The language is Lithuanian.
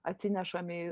atsinešam į